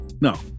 No